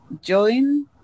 join